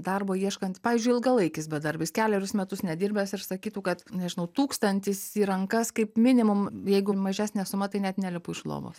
darbo ieškant pavyzdžiui ilgalaikis bedarbis kelerius metus nedirbęs ir sakytų kad nežinau tūkstantis į rankas kaip minimum jeigu mažesnė suma tai net nelipu iš lovos